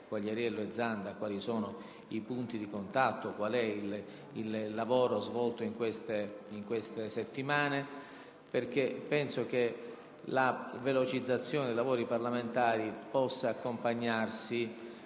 Quagliariello e Zanda quali sono i punti di contatto e qual è il lavoro svolto nelle ultime settimane, perché penso che la velocizzazione dei lavori parlamentari possa accompagnarsi